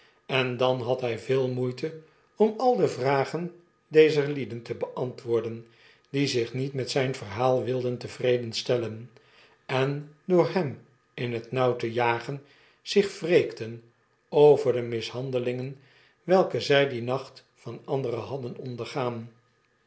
en dan had hi veel moeite om al de vragen dezer lieden te beantwoorden die zich nietmet zyn verhaal wilden tevreden stellen en door hem in het nauw te jagen zich wreekten over de mishandelingen welke zij dien nacht van anderen hadden ondergaan